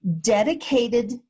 dedicated